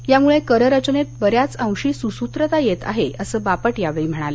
यामुळे कररचनेत बऱ्याच अंशी सुसूत्रता येत आहे असं बापट यावेळी म्हणाले